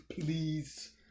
Please